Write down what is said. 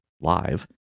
Live